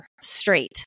straight